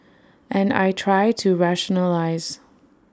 and I try to rationalise